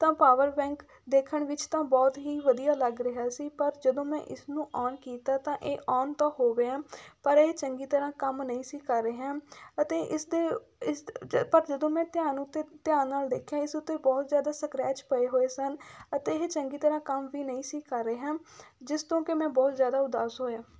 ਤਾਂ power bank ਦੇਖਣ ਵਿੱਚ ਤਾਂ ਬਹੁਤ ਹੀ ਵਧੀਆ ਲੱਗ ਰਿਹਾ ਸੀ ਪਰ ਜਦੋਂ ਮੈਂ ਇਸ ਨੂੰ ਔਨ ਕੀਤਾ ਤਾਂ ਇਹ ਔਨ ਤਾਂ ਹੋ ਗਿਆ ਪਰ ਇਹ ਚੰਗੀ ਤਰ੍ਹਾਂ ਕੰਮ ਨਹੀਂ ਸੀ ਕਰ ਰਿਹਾ ਅਤੇ ਇਸ ਦੇ ਇਸ ਦ ਪਰ ਜਦੋਂ ਮੈਂ ਧਿਆਨ ਉੱਤੇ ਧਿਆਨ ਨਾਲ ਦੇਖਿਆ ਇਸ ਉੱਤੇ ਬਹੁਤ ਜ਼ਿਆਦਾ ਸਕਰੈਚ ਪਏ ਹੋਏ ਸਨ ਅਤੇ ਇਹ ਚੰਗੀ ਤਰਾਂ ਕੰਮ ਵੀ ਨਹੀਂ ਸੀ ਕਰ ਰਿਹਾ ਜਿਸ ਤੋਂ ਕਿ ਮੈਂ ਬਹੁਤ ਜ਼ਿਆਦਾ ਉਦਾਸ ਹੋਇਆ